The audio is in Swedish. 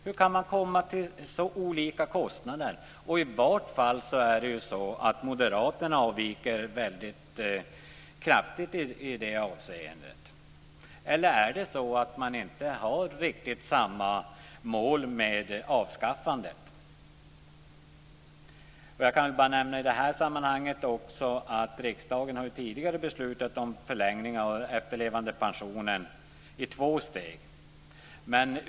Hur kan man komma till så olika kostnader? Moderaterna avviker ju väldigt kraftigt i det avseendet. Eller är det så att man inte har riktigt samma mål med avskaffandet? I det här sammanhanget kan jag också nämna att riksdagen tidigare har beslutat om en förlängning av efterlevandepensionen i två steg.